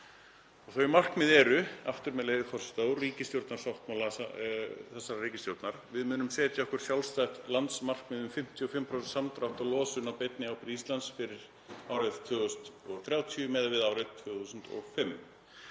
Þau markmið eru, aftur með leyfi forseta, í ríkisstjórnarsáttmála þessarar ríkisstjórnar: „Við munum setja okkur sjálfstætt landsmarkmið um 55% samdrátt á losun á beinni ábyrgð Íslands fyrir 2030 miðað við árið 2005.“